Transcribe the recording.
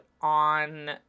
on